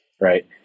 right